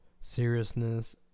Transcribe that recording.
seriousness